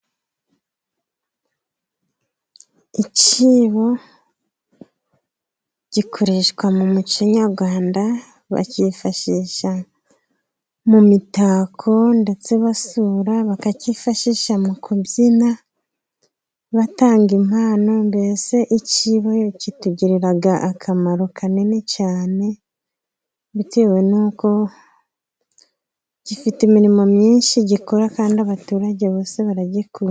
Icyibo gikoreshwa mu mucyo nyarwanda, bakifashi mu mitako ndetse basura, bakacyifashisha mu kubyina batanga impano, mbese icyibo kitugirira akamaro kanini cyane, bitewe n'uko gifite imirimo myinshi gikora, kandi abaturage bose baragikunda.